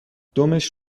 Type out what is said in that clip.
دمش